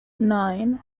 nine